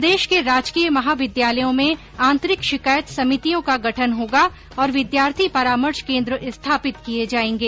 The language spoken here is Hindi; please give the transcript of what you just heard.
प्रदेश के राजकीय महाविद्यालयों में आन्तरिक शिकायत समितियों का गठन होगा और विद्यार्थी परामर्श केन्द्र स्थापित किए जाएंगे